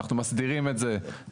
אנחנו מסדירים את זה בחוק,